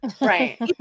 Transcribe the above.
Right